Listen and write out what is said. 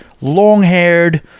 long-haired